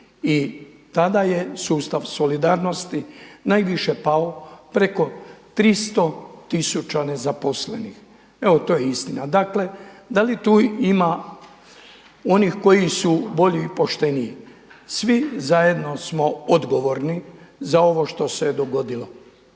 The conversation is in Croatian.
i tada je sustav solidarnosti najviše pao preko 300 tisuća nezaposlenih. Evo to je istina. Dakle, da li tu ima onih koji su bolji i pošteniji. Svi zajedno smo odgovorni za ovo što se dogodilo.